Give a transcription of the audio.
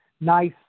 nice